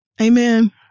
Amen